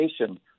education